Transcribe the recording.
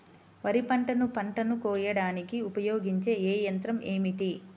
వరిపంటను పంటను కోయడానికి ఉపయోగించే ఏ యంత్రం ఏమిటి?